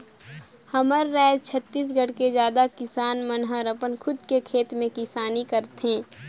हमर राज छत्तीसगढ़ के जादा किसान मन हर अपन खुद के खेत में किसानी करथे